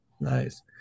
Nice